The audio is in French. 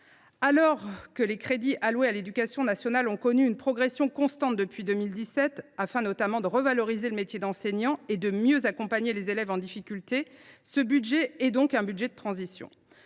Alors que les crédits alloués à l’éducation nationale ont connu une progression constante depuis 2017, afin notamment de revaloriser le métier d’enseignant et de mieux accompagner les élèves en difficulté, ce budget est donc un budget de transition.